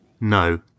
No